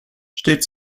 steht